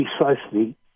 precisely